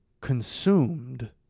consumed